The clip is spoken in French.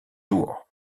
jours